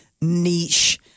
niche